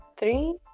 Three